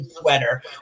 sweater